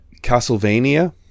Castlevania